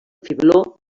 fibló